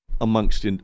amongst